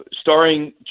starring